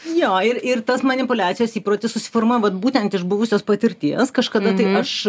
jo ir ir tos manipuliacijos įprotis susiformavo vat būtent iš buvusios patirties kažkada tai aš